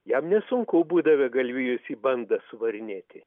jam nesunku būdavę galvijus į bandą suvarinėti